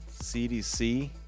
CDC